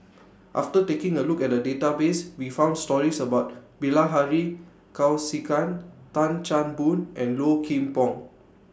after taking A Look At The Database We found stories about Bilahari Kausikan Tan Chan Boon and Low Kim Pong